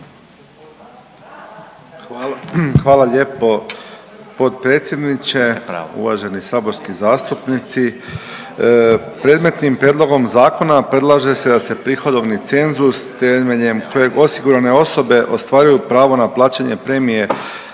Hvala lijepo potpredsjedniče. Uvaženi saborski zastupnici. Predmetnim prijedlogom zakona predlaže se da se prihodovni cenzus temeljem kojeg osigurane osobe ostvaruju pravo na plaćanje premije